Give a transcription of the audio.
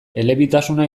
elebitasuna